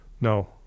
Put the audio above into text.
No